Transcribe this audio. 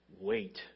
Wait